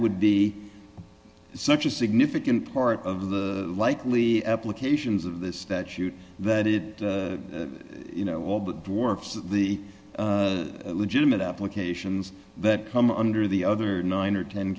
would be such a significant part of the likely applications of this statute that it you know all the works of the legitimate applications that come under the other nine or ten